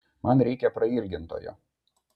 man reikia prailgintojo